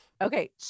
Okay